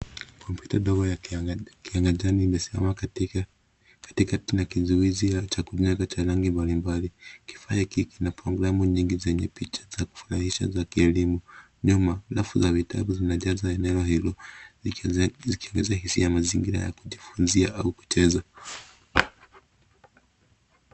Kompyuta ndogo ya kia ya kijani imesimama katika katikati na kizuizi cha kunyaka cha rangi mbalimbali. Kifaa hiki kina programu nyingi zenye picha za kufurahisha za kielimu. Nyuma, rafu za vitabu zinajaza eneo hilo, zikiongeza hisia mazingira ya kujifunzia au kucheza.